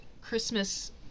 Christmas